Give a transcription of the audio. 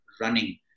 running